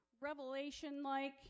revelation-like